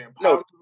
No